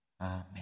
Amen